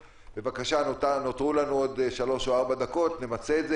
בבקשה, נותרו לנו עוד שלוש-ארבע דקות ונמצה את זה.